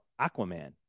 aquaman